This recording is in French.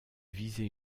viser